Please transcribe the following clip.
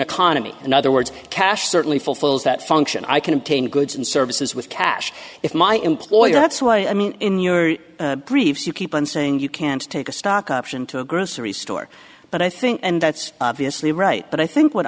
economy in other words cash certainly fulfills that function i can obtain goods and services with cash if my employer that's what i mean in your briefs you keep on saying you can't take a stock option to a grocery store but i think and that's obviously right but i think what